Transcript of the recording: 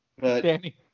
Danny